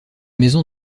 maison